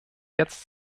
jetzt